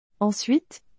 Ensuite